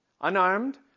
Unarmed